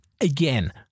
again